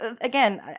Again